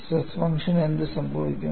stress ഫംഗ്ഷന് എന്ത് സംഭവിക്കും